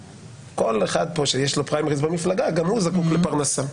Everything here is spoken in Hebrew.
כל אחד פה שיש לו פריימריז במפלגה גם הוא זקוק לפרנסה.